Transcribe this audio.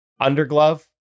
underglove